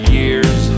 years